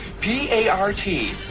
P-A-R-T